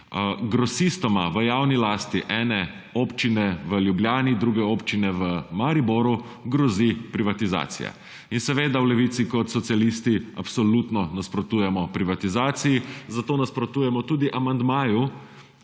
grosistoma v javni lasti, enega občine v Ljubljani, drugega občine v Mariboru, grozi privatizacija. Seveda v Levici kot socialisti absolutno nasprotujemo privatizaciji, zato nasprotujemo tudi amandmaju,